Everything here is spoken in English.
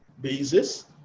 basis